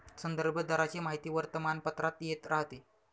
संदर्भ दराची माहिती वर्तमानपत्रात येत राहते